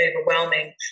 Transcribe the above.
overwhelming